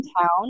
town